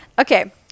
Okay